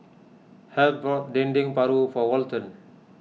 Heath bought Dendeng Paru for Walton